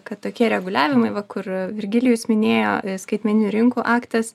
kad tokie reguliavimai va kur virgilijus minėjo skaitmeninių rinkų aktas